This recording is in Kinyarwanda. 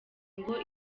ngo